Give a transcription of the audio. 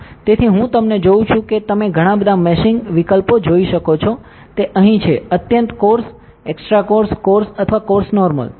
તેથી હું તમને જોઉં છું કે તમે ઘણા બધા મેશિંગ વિકલ્પો જોઈ શકો છો તે અહીં છે અત્યંત કોર્સ એક્સ્ટ્રા કોર્સ કોર્સ અથવા કોર્સ નોર્મલ